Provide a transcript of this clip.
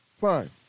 Fine